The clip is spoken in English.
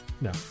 No